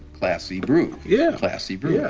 classy brew. yeah classy brew. yeah